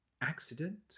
Accident